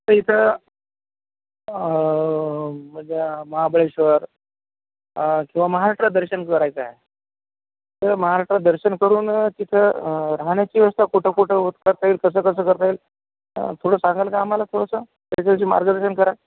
इथं म्हणजे महाबळेश्वर किंवा महाराष्ट्रात दर्शन करायचं आहे तर महाराष्ट्रात दर्शन करून तिथं राहण्याची व्यवस्था कुठं कुठं करता येईल कसं कसं करता येईल थोडं सांगाल का आम्हाला थोडसं त्याच्याविषयी मार्गदर्शन कराल